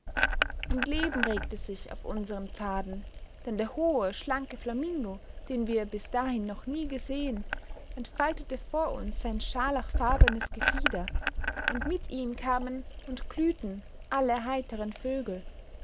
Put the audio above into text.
und leben regte sich auf unseren pfaden denn der hohe schlanke flamingo den wir bis dahin noch nie gesehen entfaltete vor uns sein scharlachfarbenes gefieder und mit ihm kamen und glühten alle heiteren vögel